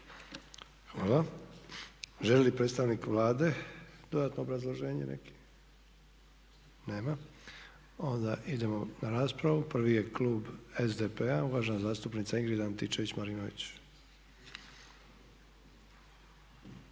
Hvala. Želi li predstavnik Vlade dodatno obrazloženje neki? Nema. Onda idemo na raspravu. Prvi je Klub SDP-a, uvažena zastupnica Ingrid Antičević Marinović.